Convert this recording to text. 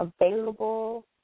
Available